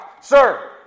Sir